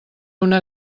una